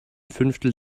fünftel